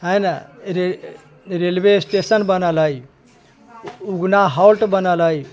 है न railway station बनल अछि उगना हाल्ट बनल अछि